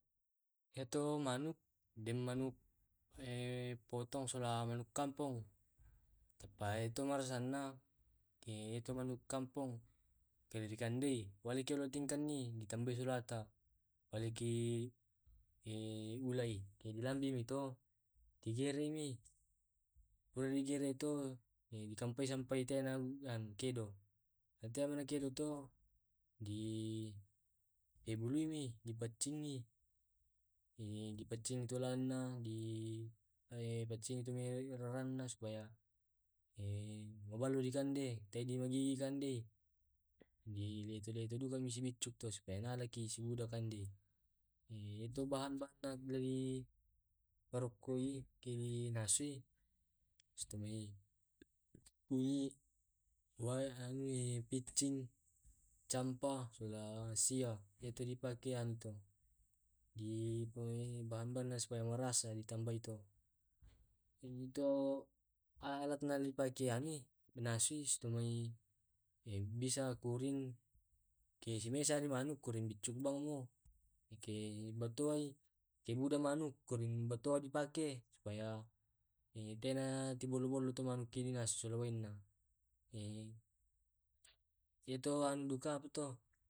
Iya to manuk den manuk potong sola manuk kampong tepae to marassa na ke ito manuk kampung ke re di kandei wale kiolo king kangi ditambai sola ta wale ki ulla i ke dilambi mi to ki gerek mi pura mo di gerek to di kampai sampai tena kedo hyana tena kedo to di hebului mi di pacingi di paccingi tula na di paccingi tumai rarana supaya mabalo di kande tae di magigi kande di letu letu duka misi micuk to supaya nala ki sibuda kande ito bahan bahan na di ri parokkoi ke dinasui stumai kunyi anu piccing, campa, sola sia yaitudi pake anu tu di po bahan bahan na supaya marasa ditambai to. Ito alat na dipakai ani manasui stumai bisa kurin, kesimesa si manu kurin biccu bang mo yake batuai. Ke buda manuk kurin batua di pake supaya tena tin bollo bollo ku dinasu sula wainna. iyatu anu duka apa to.